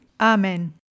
Amen